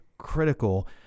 critical